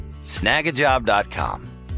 Snagajob.com